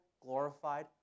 glorified